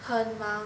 很忙